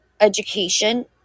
education